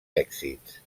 èxits